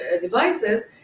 devices